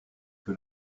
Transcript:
que